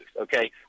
okay